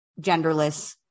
genderless